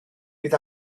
bydd